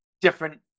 different